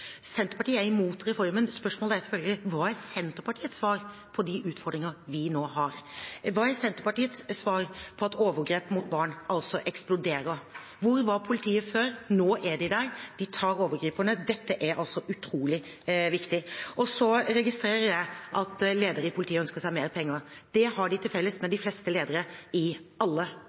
Senterpartiet er imot reformen, og spørsmålet er selvfølgelig: Hva er Senterpartiets svar på de utfordringene vi nå har? Hva er Senterpartiets svar på at overgrep mot barn eksploderer? Hvor var politiet før? Nå er de der, og de tar overgriperne. Dette er utrolig viktig. Så registrerer jeg at ledere i politiet ønsker seg mer penger. Det har de til felles med de fleste ledere i alle